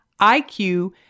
IQ